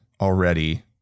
already